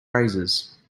razors